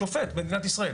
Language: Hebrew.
שופט במדינת ישראל,